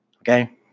Okay